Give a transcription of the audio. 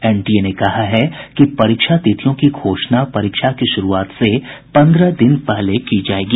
NTA ने कहा है कि परीक्षा तिथियों की घोषणा परीक्षा की शुरूआत से पन्द्रह दिन पहले की जायेगी